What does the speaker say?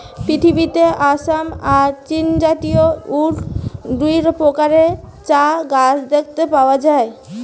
পৃথিবীতে আসাম আর চীনজাতীয় অউ দুই প্রকারের চা গাছ দেখতে পাওয়া যায়